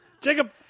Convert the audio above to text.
Jacob